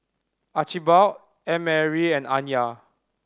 Archibald Annmarie and Anya